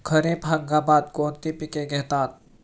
खरीप हंगामात कोणती पिके घेतात?